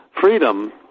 freedom